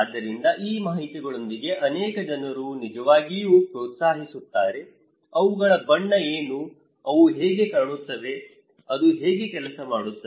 ಆದ್ದರಿಂದ ಈ ಮಾಹಿತಿಗಳೊಂದಿಗೆ ಅನೇಕ ಜನರು ನಿಜವಾಗಿಯೂ ಪ್ರೋತ್ಸಾಹಿಸುತ್ತಾರೆ ಅವುಗಳ ಬಣ್ಣ ಏನು ಅವು ಹೇಗೆ ಕಾಣುತ್ತವೆ ಅದು ಹೇಗೆ ಕೆಲಸ ಮಾಡುತ್ತದೆ